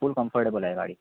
फुल comfortable आहे गाडी